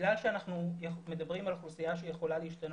בגלל שאנחנו מדברים על אוכלוסייה שיכולה להשתנות,